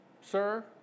sir